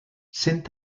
cent